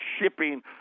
shipping